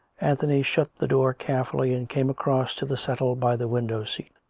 anthony shut the door carefully and came across to the settle by the window seat.